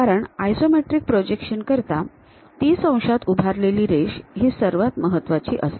कारण isometric projection करिता ३० अंशात उभारलेली रेष ही सर्वात महत्वाची असते